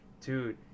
Dude